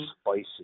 spices